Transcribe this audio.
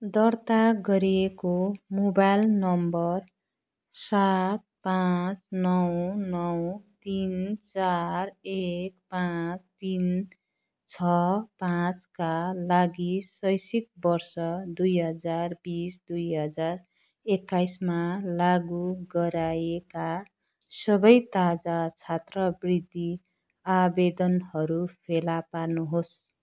दर्ता गरिएको mobile number सात पाँच नौ नौ तिन चार एक पाँच तिन छ पाँचका लागि शैक्षिक वर्ष दुई हजार बिस दुई हजार एक्काइसमा लागु गराइएका सबै ताजा छात्रवृति आवेदनहरू फेला पार्नुहोस्